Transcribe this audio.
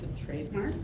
trademark.